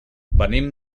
venim